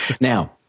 Now